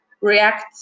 react